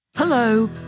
Hello